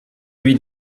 lui